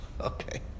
Okay